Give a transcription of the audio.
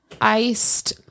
Iced